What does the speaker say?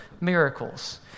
miracles